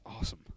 awesome